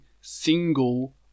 single